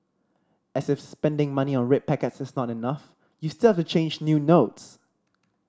as if spending money on red packets is not enough you still have to change new notes